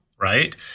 right